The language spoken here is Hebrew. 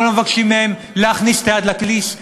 אנחנו לא מבקשים מהם להכניס את היד לכיס,